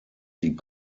die